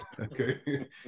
okay